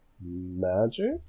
magic